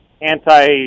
anti